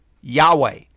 Yahweh